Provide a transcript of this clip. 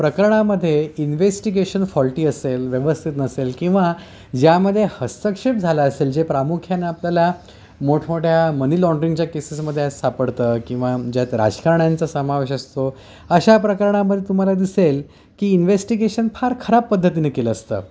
प्रकरणामध्ये investigation faulty असेल व्यवस्थित नसेल किंवा ज्यामध्ये हस्तक्षेप झाला असेल जे प्रामुख्याने आपल्याला मोठमोठ्या मनी लॉन्ड्रींगच्या केसेसमध्ये सापडतं किंवा ज्यात राजकारण्यांचा समावेश असतो अशा प्रकरणामध्ये तुम्हाला दिसेल की इन्व्हेस्टिगेशन फार खराब पद्धतीने केलं असतं